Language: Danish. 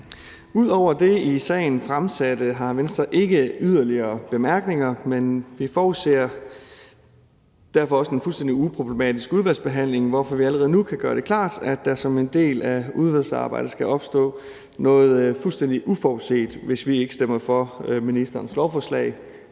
Ud over det i sagen fremsatte har Venstre ikke yderligere bemærkninger. Vi forudser derfor også en fuldstændig uproblematisk udvalgsbehandling, hvorfor vi allerede nu kan gøre det klart, at der som en del af udvalgsarbejdet skal opstå noget fuldstændig uforudset, hvis vi ikke stemmer for ministerens lovforslag